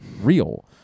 real